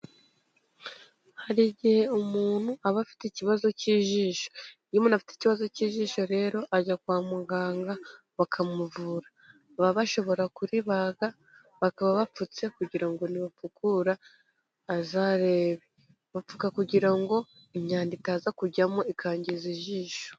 Hari igihe umuntu aba afite ikibazo cy'ijisho, iyo umuntu afite ikibazo cy'ijisho rero ajya kwa muganga bakamuvura, baba bashobora kuribaga bakaba bapfutse, kugira ngo nibapfukura azarebe, bapfuka kugira ngo imyanda itaza kujyamo ikangiza ijisho.